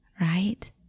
right